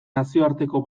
nazioarteko